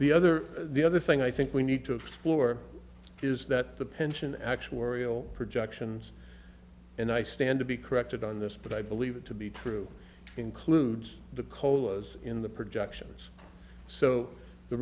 the other the other thing i think we need to explore is that the pension actuarial projections and i stand to be corrected on this but i believe it to be true includes the cole was in the projections so the